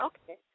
Okay